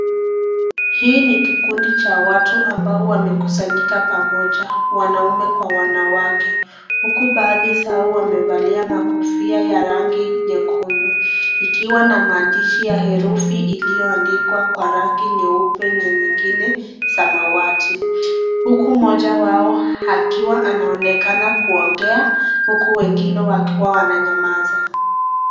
Hii ni kikundi cha watu ambao wamekusanyika pamoja, wanaume kwa wanawake. Huku baadhi yao wamevalia makofia ya rangi nyekundu. Ikiwa na madishi ya herufi iliyoandiwa kwa rangi nyeupe na nyingine samawati. Huku moja wao akiwa anaonekana kuongea, huku wengine wakiwa wananyamaza.